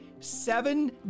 seven